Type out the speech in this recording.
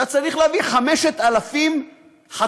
אתה צריך להביא 5,000 חתימות